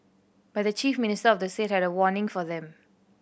but the chief minister of the state had a warning for them